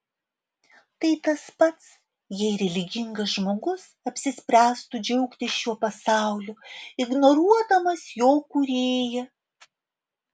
tai tas pats jei religingas žmogus apsispręstų džiaugtis šiuo pasauliu ignoruodamas jo kūrėją